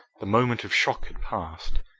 the moment of shock had passed.